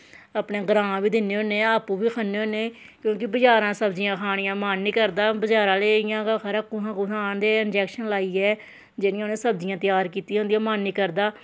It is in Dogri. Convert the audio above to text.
अपने ग्रांऽ बी दिन्ने होन्ने आपूं बी खन्ने होन्ने क्योंकि बजारां सब्जियां खानियां मन निं करदा बजारा आह्ले इ'यां गै खबरै कुत्थां कुत्थां आह्न्नदे इंजैक्शन लाइयै जेह्ड़ियां उ'नें सब्जियां त्यार कीतियां होंदियां मन निं करदा